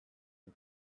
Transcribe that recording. and